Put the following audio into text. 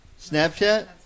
Snapchat